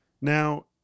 Now